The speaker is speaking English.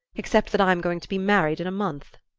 except that i'm going to be married in a month.